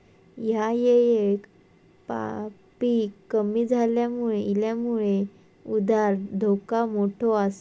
ह्या येळेक पीक कमी इल्यामुळे उधार धोका मोठो आसा